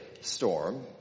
storm